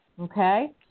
Okay